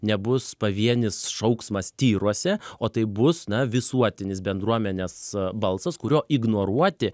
nebus pavienis šauksmas tyruose o tai bus na visuotinis bendruomenės balsas kurio ignoruoti